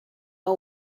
but